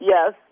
Yes